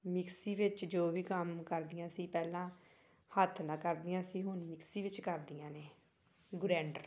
mixie ਵਿੱਚ ਜੋ ਵੀ ਕੰਮ ਕਰਦੀਆਂ ਸੀ ਪਹਿਲਾਂ ਹੱਥ ਨਾਲ ਕਰਦੀਆਂ ਸੀ ਹੁਣ ਮਿਕਸੀ ਵਿੱਚ ਕਰਦੀਆਂ ਨੇ ਗੁਰੈਂਡਰ ਵਿਚ